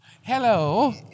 Hello